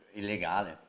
illegale